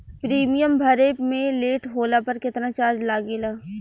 Premium भरे मे late होला पर केतना चार्ज लागेला?